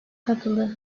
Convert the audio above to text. katıldı